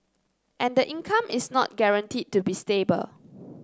and the income is not guaranteed to be stable